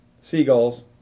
seagulls